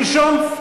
שלשום,